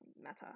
matter